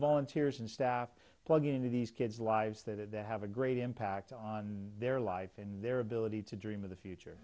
volunteers and staff plugging into these kids lives that they have a great impact on their life and their ability to dream of the future